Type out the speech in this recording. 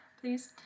please